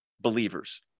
believers